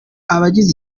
abagize